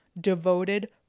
devoted